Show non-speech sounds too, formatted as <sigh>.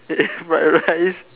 <laughs> white rice